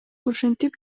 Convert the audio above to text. ушинтип